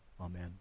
Amen